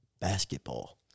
basketball